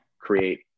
create